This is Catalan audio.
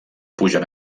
pugen